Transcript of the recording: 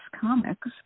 Comics